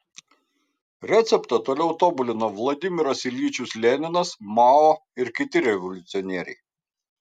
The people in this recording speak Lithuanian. receptą toliau tobulino vladimiras iljičius leninas mao ir kiti revoliucionieriai